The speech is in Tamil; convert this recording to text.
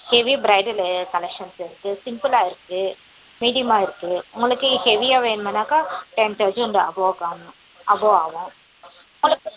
ஹெவி ப்ரைடலு கலெக்ஷன்ஸ் இருக்குது சிம்பிளாக இருக்குது மீடியமாக இருக்குது உங்களுக்கு ஹெவியாக வேணும்ன்னாக்கா டென் தௌசண்ட்க்கு அபோவ்க்கு வாங்கணும் அபோவ் ஆகும் அது